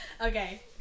Okay